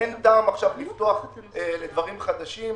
אין טעם עכשיו לפתוח לדברים חדשים.